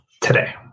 today